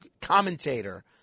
commentator